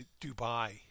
Dubai